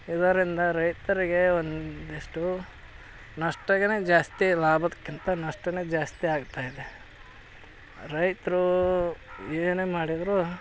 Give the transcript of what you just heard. ಇದರಿಂದ ರೈತರಿಗೆ ಒಂದಿಷ್ಟು ನಷ್ಟಗೆನೆ ಜಾಸ್ತಿ ಲಾಭಕ್ಕಿಂತ ನಷ್ಟವೇ ಜಾಸ್ತಿ ಆಗ್ತಾ ಇದೆ ರೈತರು ಏನೇ ಮಾಡಿದರೂ